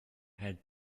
had